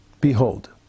Behold